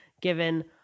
given